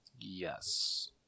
Yes